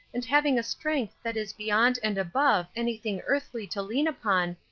and having a strength that is beyond and above anything earthly to lean upon,